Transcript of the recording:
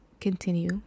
continue